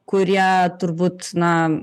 kurie turbūt na